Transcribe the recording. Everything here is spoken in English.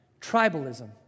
tribalism